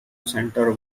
center